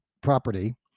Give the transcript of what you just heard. property